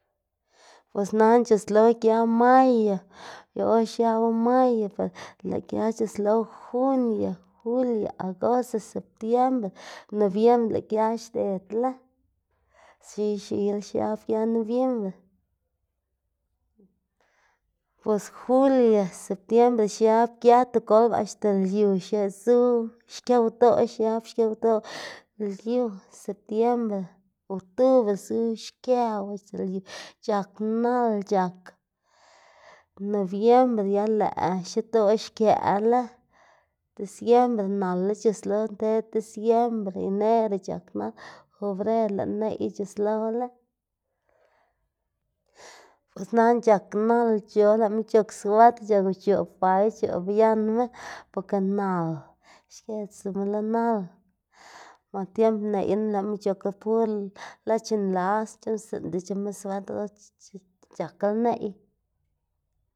Bos nana c̲h̲uslo gia mayo yu or xiabu mayo per lëꞌ gia c̲h̲uslo junio, julio, agosto, septiembre, nobiembre lëꞌ gia xdedla x̱iy x̱iyla xiab gia nobiembre, bos julio, septiembre xiab gia tigolpa axta lyu zu xkëwdoꞌ xiab xkëwdoꞌ lyu setiembre, octubre zu xkëw axta lyu c̲h̲ak nal c̲h̲ak, nobiembre ya lëꞌ xidoꞌ xkëꞌla, diciembre nal‑la c̲h̲uslo nter diciembre, enero c̲h̲ak nal fobrero lëꞌ neꞌy c̲h̲uslola. Bos nana c̲h̲ak nalc̲h̲o lëꞌma c̲h̲ok suetr c̲h̲ok o c̲h̲oꞌb bay c̲h̲oꞌb yanma boka nal xkedzama lo nal ba tiemb neꞌyna lëꞌma c̲h̲okla pur lac̲h̲ nlas c̲h̲uꞌnnstsiꞌndac̲h̲ema suetr o c̲h̲akla neꞌy.